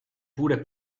pure